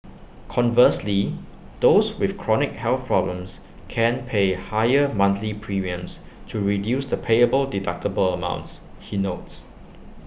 conversely those with chronic health problems can pay higher monthly premiums to reduce the payable deductible amounts he notes